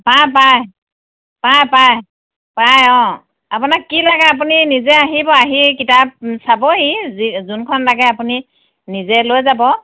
পায় পায় পায় পায় পায় অ আপোনাক কি লাগে আপুনি নিজে আহিব আহি কিতাপ চাবহি যোনখন লাগে আপুনি নিজে লৈ যাব